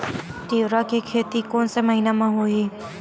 तीवरा के खेती कोन से महिना म होही?